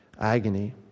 agony